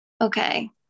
Okay